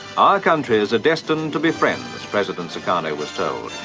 our countries are destined to be friends, president sukarno was so